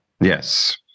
yes